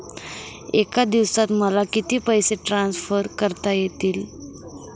एका दिवसात मला किती पैसे ट्रान्सफर करता येतील?